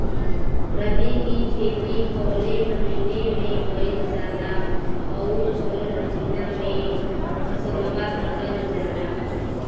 रबी की खेती कौने महिने में कइल जाला अउर कौन् महीना में फसलवा कटल जाला?